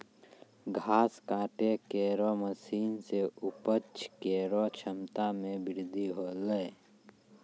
घास काटै केरो मसीन सें उपज केरो क्षमता में बृद्धि हौलै